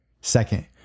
Second